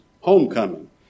homecoming